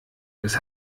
das